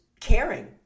caring